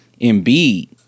Embiid